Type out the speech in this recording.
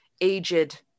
aged